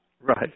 Right